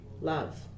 love